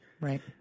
Right